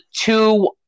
two